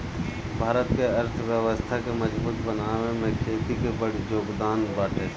भारत के अर्थव्यवस्था के मजबूत बनावे में खेती के बड़ जोगदान बाटे